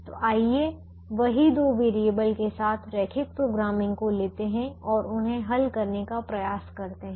तो आइए वही दो वेरिएबल के साथ रैखिक प्रोग्रामिंग को लेते हैं और उन्हें हल करने का प्रयास करते हैं